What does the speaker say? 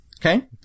Okay